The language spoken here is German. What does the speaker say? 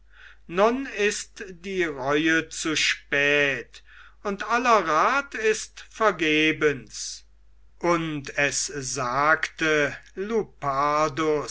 nun ist die reue zu spät und aller rat ist vergebens und es sagte